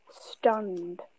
stunned